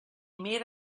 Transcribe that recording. made